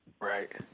Right